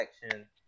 section